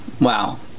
Wow